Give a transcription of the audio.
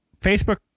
facebook